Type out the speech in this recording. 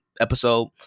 episode